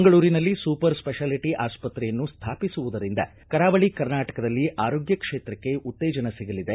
ಮಂಗಳೂರಿನಲ್ಲಿ super speciality ಆಸ್ಪತ್ರೆಯನ್ನು ಸ್ಥಾಪಿಸುವುದರಿಂದ ಕರಾವಳಿ ಕರ್ನಾಟಕದಲ್ಲಿ ಆರೋಗ್ಯ ಕ್ಷೇತ್ರಕ್ಕೆ ಉತ್ತೇಜನ ಸಿಗಲಿದೆ